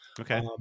Okay